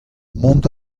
mont